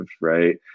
right